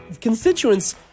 constituents